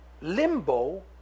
limbo